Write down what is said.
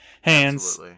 hands